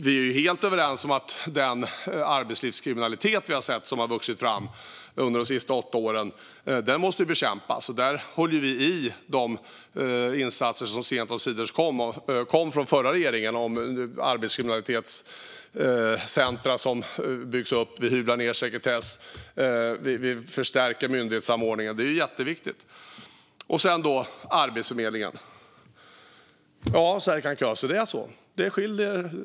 Vi är helt överens om att den arbetslivskriminalitet som har vuxit fram de senaste åtta åren måste bekämpas, och här behåller vi de viktiga insatser som sent omsider kom från förra regeringen: arbetslivskriminalitetscenter, sekretesshyvling och förstärkt myndighetssamordning. Så till Arbetsförmedlingen. Ja, Serkan Köse, det är så.